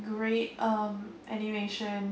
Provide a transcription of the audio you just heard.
great um animation